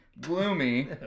Gloomy